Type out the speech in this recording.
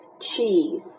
cheese